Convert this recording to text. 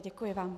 Děkuji vám.